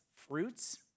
Fruits